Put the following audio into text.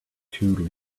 two